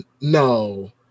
No